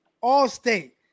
all-state